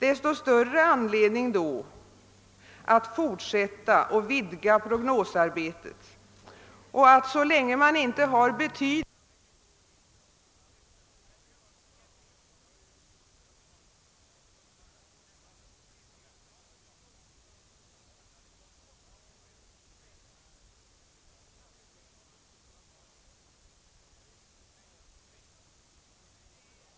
Desto större anledning är det att fortsätta och vidga prognosarbetet och att, så länge inte betydligt säkrare och välanalyserade prognoser finns, hålla en hög beredskap genom att analysera vad som skulle hända byggnadsarbetarkåren och byggnadsindustrin, om de som yppar farhågor skulle få rätt — då kommer vi nämligen att stå inför betydande problem. Det har i många år talats om att bygga bort krisen — vi vet inte i dag, om vi inte i stället håller på att bygga oss till en kris.